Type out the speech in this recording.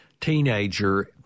teenager